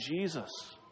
Jesus